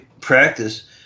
practice